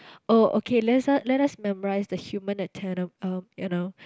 oh okay let's let us memorise the human anat~ um you know